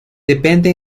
depende